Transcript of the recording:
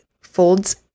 folds